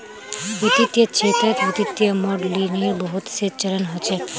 वित्तीय क्षेत्रत वित्तीय मॉडलिंगेर बहुत स चरण ह छेक